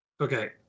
Okay